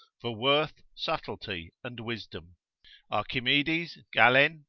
for worth, subtlety, and wisdom archimedes, galen,